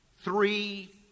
three